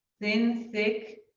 thin, thick,